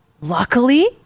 luckily